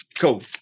Cool